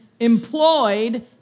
Employed